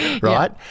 right